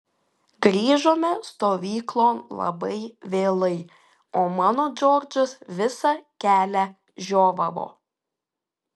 grįžome stovyklon labai vėlai o mano džordžas visą kelią žiovavo